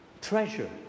treasure